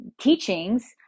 teachings